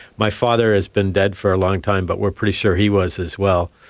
my father has been dead for a long time but we're pretty sure he was as well.